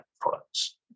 products